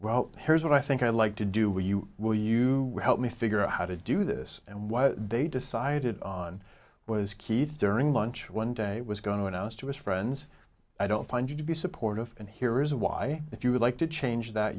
well here's what i think i'd like to do with you will you help me figure out how to do this and what they decided on was keith during lunch one day it was going to announce to his friends i don't find you to be supportive and here is why if you would like to change that